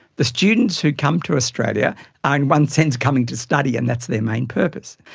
the students who come to australia are in one sense coming to study, and that's their main purpose.